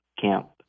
Camp